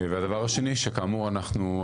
והדבר השני שכאמור אנחנו,